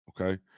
okay